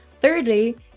Thirdly